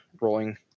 rolling